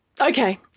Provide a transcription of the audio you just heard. Okay